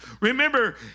Remember